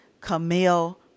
Camille